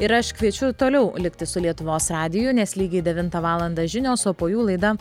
ir aš kviečiu toliau likti su lietuvos radiju nes lygiai devintą valandą žinios o po jų laida